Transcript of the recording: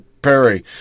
perry